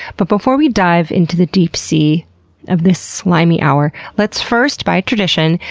but before we dive into the deep sea of this slimy hour, let's first, by tradition,